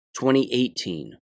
2018